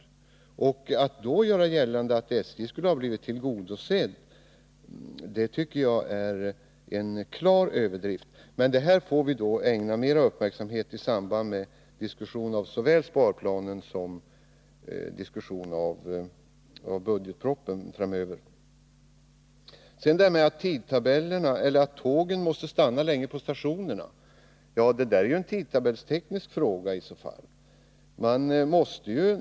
Att mot den bakgrunden göra gällande att SJ:s önskemål skulle ha 9” blivit tillgodosedda tycker jag är en klar överdrift. Detta får vi emellertid ägna mer uppmärksamhet i samband med diskussioner såväl om sparplanen som framöver också om budgetpropositionen. Här har också talats om problemet med att tågen måste stanna länge på stationerna. Det är i så fall en tidtabellsteknisk fråga.